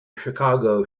chicago